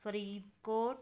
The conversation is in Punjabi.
ਫਰੀਦਕੋਟ